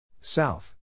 South